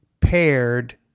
paired